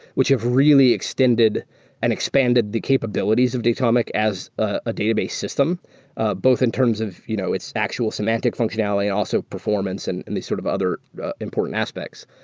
which have really extended and expanded the capabilities of datomic as a database system both in terms of you know its actual semantic functionality and also performance and and these sort of other important aspects.